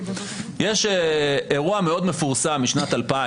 יש אירוע מאוד מפורסם משנת 2000,